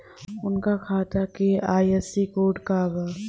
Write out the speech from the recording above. उनका खाता का आई.एफ.एस.सी कोड का बा?